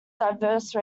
diverse